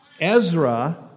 Ezra